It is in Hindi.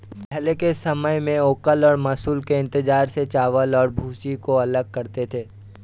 पहले के समय में ओखल और मूसल के इस्तेमाल से चावल और भूसी को अलग करते थे